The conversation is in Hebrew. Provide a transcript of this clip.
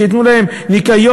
שייתנו להם ניקיון,